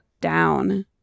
down